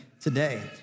today